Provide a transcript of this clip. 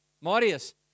Marius